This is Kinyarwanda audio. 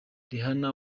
rihanna